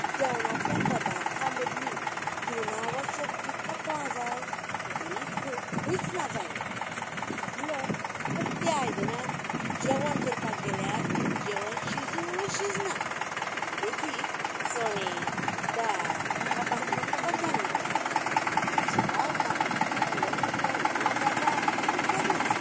जेवणांतल्या पद्दार्थां मदली जीवना आवश्यक जी तत्वां जाय ती खंयच ना जायना उलट उकत्या आयदनाक जेवण केल्यार जेवण शिजून शिजना देखीक चणें दाळ वा बाकीची कडधान्यां शिवाय तातूंतली जीवन सत्वां ना जातात ती वेगळीच